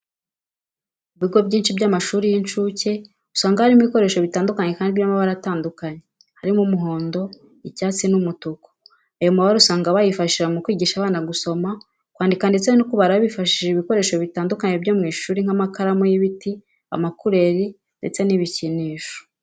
Ibigo byinci by'amashuri y'incucye usanga harimo ibikoresho bitandukanye kandi by'amabara atandukanye .Harimo umuhondo, icyatsi n'umutuku, ayo mabara usanga bayifashisha mu kwigisha abana gusoma, kwandika, ndetse no kubara bifashishije ibikoresho bitandukanye byo mu ishuri nk'amakaramu y'ibiti, amakureri ndetse n'ibicyinisho.